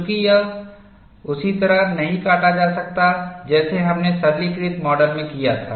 चूंकि यह उसी तरह नहीं काटा जा सकता जैसे हमने सरलीकृत माडल में किया था